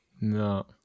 no